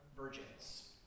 virgins